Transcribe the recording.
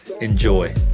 Enjoy